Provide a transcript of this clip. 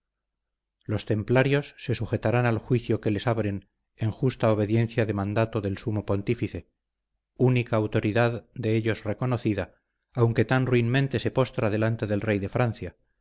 los templarios se sujetarán al juicio que les abren en justa obediencia de mandato del sumo pontífice única autoridad de ellos reconocida aunque tan ruinmente se postra delante del rey de francia